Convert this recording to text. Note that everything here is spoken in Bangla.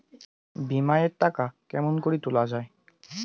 বিমা এর টাকা কেমন করি তুলা য়ায়?